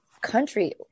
country